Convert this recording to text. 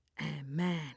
amen